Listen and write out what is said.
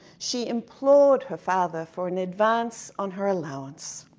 she implored her father for an advance on her allowance.